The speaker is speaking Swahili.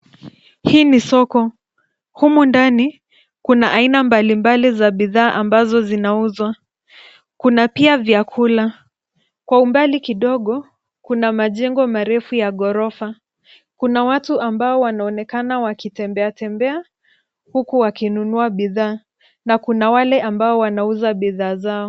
Hii ni soko. Humu ndani, kuna aina mbalimbali ya bidhaa ambazo zinauzwa. Kuna pia vyakula. Kwa umbali kidogo, kuna majengo marefu ya ghorofa. Kuna watu ambao wanaonekana wakitembeatembea huku wakinunua bidhaa nna kuna wale ambao wanauza bidhaa zao.